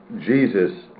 Jesus